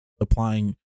applying